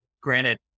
Granted